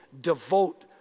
devote